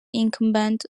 incumbent